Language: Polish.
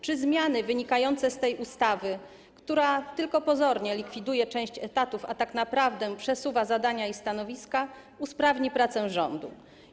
Czy zmiany wynikające z tej ustawy, która tylko pozornie likwiduje część etatów, a tak naprawdę przesuwa zadania i stanowiska, usprawnią pracę rządu?